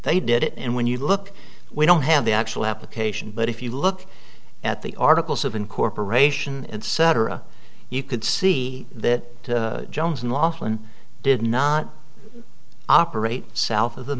they did it and when you look we don't have the actual application but if you look at the articles of incorporation etc you could see that jones unlawful and did not operate south of the